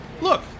Look